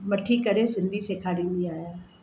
वठी करे सिंधी सेखारींदी आहियां